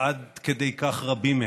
עד כדי כך רבים הם.